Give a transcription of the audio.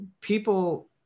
people